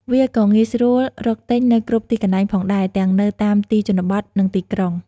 វាក៏ងាយស្រួលរកទិញនៅគ្រប់ទីកន្លែងផងដែរទាំងនៅតាមទីជនបទ និងទីក្រុង។